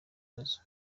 kibazo